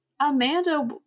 amanda